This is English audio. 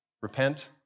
repent